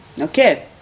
Okay